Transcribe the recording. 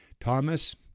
Thomas